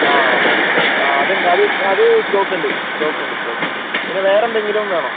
അ okay അത് ഉണ്ട് അത് സ്റ്റോക്ക് ഉണ്ട് സ്റ്റോക്ക് ഉണ്ട് സ്റ്റോക്ക് ഉണ്ട് പിന്നെ വേറെ എന്തെങ്കിലും വേണോ